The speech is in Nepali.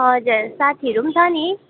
हजुर साथीहरू छ नि